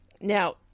Now